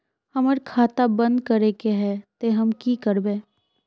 हमर खाता बंद करे के है ते हम की करबे?